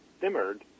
simmered